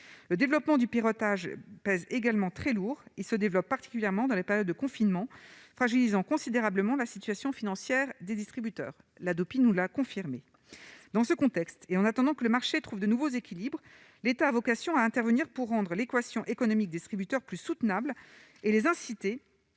le développement du piratage pèse également très lourd, il se développe particulièrement dans les périodes de confinement, fragilisant considérablement la situation financière des distributeurs, l'Hadopi nous l'a confirmé dans ce contexte, et en attendant que le marché trouve de nouveaux équilibres, l'État a vocation à intervenir pour rendre l'équation économique distributeurs plus soutenable et les inciter